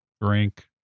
drink